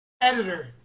Editor